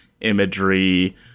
imagery